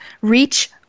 Reach